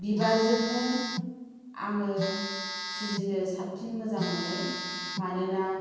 बिबारजोंनो आङो फुजिनो साबसिन मोजां मोनो मानोना